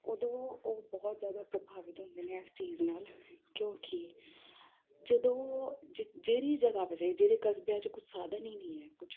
ਉਦੋਂ ਉਹ ਬਹੁਤ ਜ਼ਿਆਦਾ ਪ੍ਰਭਾਵਿਤ ਹੁੰਦੇ ਨੇ ਇਸ ਚੀਜ਼ ਨਾਲ ਕਿਉਂਕਿ ਜਦੋਂ ਜੇ ਜਿਹੜੀ ਜਗ੍ਹਾ ਵਜੇ ਜਿਹੜੇ ਕਸਬਿਆਂ 'ਚ ਕੋਈ ਸਾਧਨ ਹੀ ਨਹੀਂ ਹੈ ਕੁਛ